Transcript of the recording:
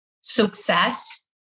success